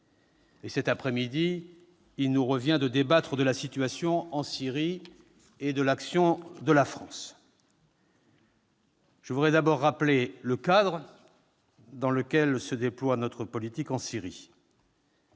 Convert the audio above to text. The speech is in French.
Cet après-midi, il nous revient de débattre de la situation en Syrie et de l'action de la France. Je voudrais d'abord rappeler le cadre dans lequel se déploie notre politique en Syrie.